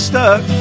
Stuck